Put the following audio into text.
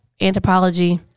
anthropology